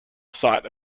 site